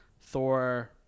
Thor